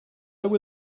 would